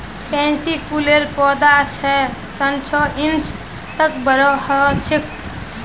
pansy फूलेर पौधा छह स नौ इंच तक बोरो ह छेक